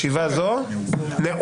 ישיבה זו נעולה.